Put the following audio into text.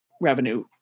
revenue